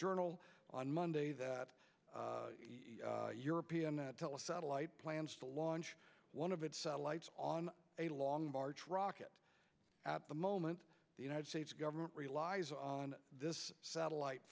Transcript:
journal on monday that european tele satellite plans to launch one of its satellites on a long march rocket at the moment the united states government relies on this satellite